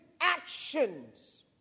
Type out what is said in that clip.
actions